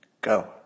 Go